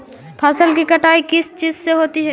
फसल की कटाई किस चीज से होती है?